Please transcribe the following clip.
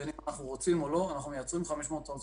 בין אם אנחנו רוצים או לא אנחנו מייצרים 500 טון זכוכית.